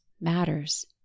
matters